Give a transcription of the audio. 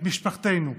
את משפחתנו,